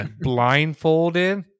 blindfolded